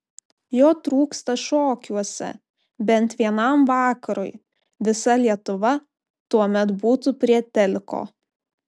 jo trūksta šokiuose bent vienam vakarui visa lietuva tuomet būtų prie teliko